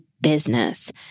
business